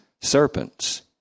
serpents